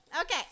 Okay